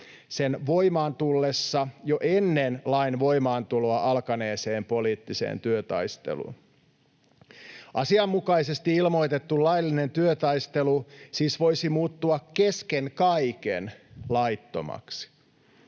sen voimaan tullessa jo ennen lain voimaantuloa alkaneeseen poliittiseen työtaisteluun. Asianmukaisesti ilmoitettu laillinen työtaistelu siis voisi muuttua kesken kaiken laittomaksi.